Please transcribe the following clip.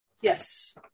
Yes